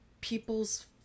people's